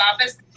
office